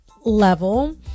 level